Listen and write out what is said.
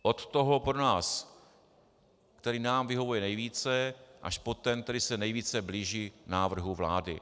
Od toho, který nám vyhovuje nejvíce, až po ten, který se nejvíce blíží návrhu vlády.